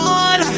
on